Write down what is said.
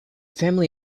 family